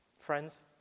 friends